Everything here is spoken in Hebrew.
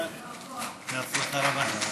בהצלחה רבה.